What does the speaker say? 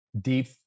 deep